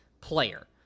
player